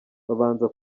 babanza